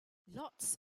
lots